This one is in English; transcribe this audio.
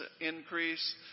increase